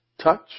touch